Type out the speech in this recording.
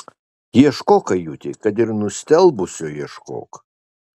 ieškok ajuti kad ir nustelbusio ieškok